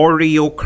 Oreo